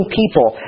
people